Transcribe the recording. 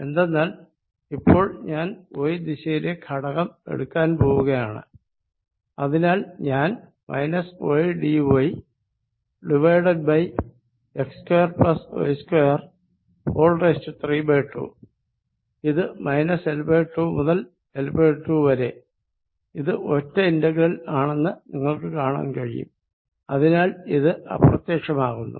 എന്തെന്നാൽ ഇപ്പോൾ ഞാൻ y ദിശയിലെ ഘടകം എടുക്കാൻ പോകുകയാണ് അതിനാൽ ഞാൻ ydyx2y232 ഇത് L2 മുതൽ L2 വരെ ഇത് ഒരു ഒറ്റ ഇന്റഗ്രൽ ആണെന്ന് നിങ്ങൾക്ക് കാണാൻ കഴിയും അതിനാൽ ഇത് അപ്രത്യക്ഷമാകുന്നു